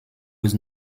was